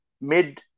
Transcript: mid